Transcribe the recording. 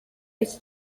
iki